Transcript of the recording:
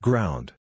Ground